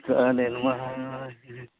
चालेल मग